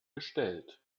gestellt